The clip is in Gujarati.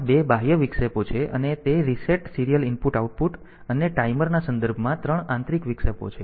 ત્યાં 2 બાહ્ય વિક્ષેપો છે અને તે રીસેટ સીરીયલ ઇનપુટ આઉટપુટ અને ટાઈમર ના સંદર્ભમાં 3 આંતરિક વિક્ષેપો છે